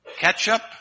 ketchup